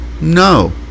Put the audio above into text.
No